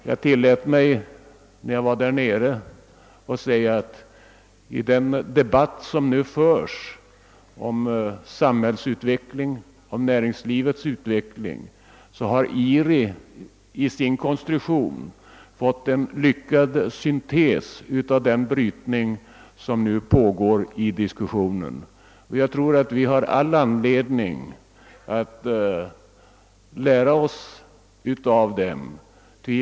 Jag tillät mig, när jag besökte Italien och IRI, säga, att IRI:s konstruktion har varit en lyckad syntes av den brytning som diskussionen om samhällets och näringslivets utveckling uppvisar och att vi har mycket att lära av IRI:s verksamhet.